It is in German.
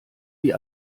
wie